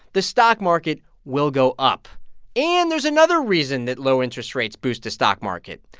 the stock market will go up and there's another reason that low interest rates boost the stock market.